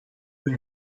wij